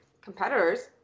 competitors